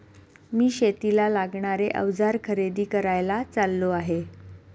मी शेतीला लागणारे अवजार खरेदी करायला चाललो आहे